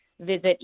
visit